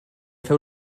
fer